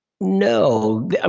No